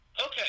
Okay